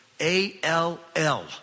A-L-L